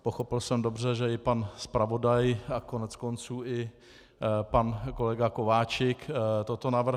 Pochopil jsem dobře, že i pan zpravodaj a koneckonců i pan kolega Kováčik toto navrhl.